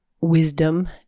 wisdom